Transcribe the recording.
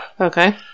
Okay